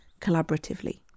collaboratively